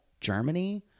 Germany